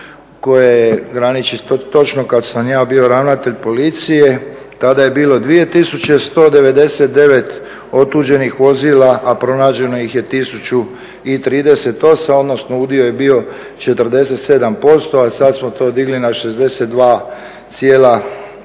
koje graniči točno kada sam ja bio ravnatelj policije, tada je bilo 2199 otuđenih vozila, a pronađeno ih je 1038 odnosno udio je bio 47%, a sada smo to digli na 62,3%.